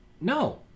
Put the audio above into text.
No